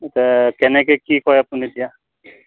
এতিয়া কেনেকৈ কি কৰে আপুনি এতিয়া